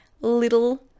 little